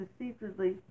secretly